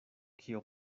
kio